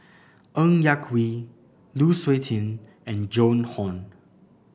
Ng Yak Whee Lu Suitin and Joan Hon